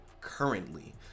currently